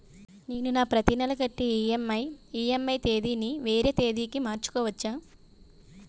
నేను నా ప్రతి నెల కట్టే ఈ.ఎం.ఐ ఈ.ఎం.ఐ తేదీ ని వేరే తేదీ కి మార్చుకోవచ్చా?